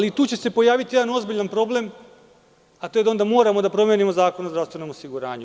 I tu će se pojaviti jedan ozbiljan problem, a to je da onda moramo da promenimo Zakon o zdravstvenom osiguranju.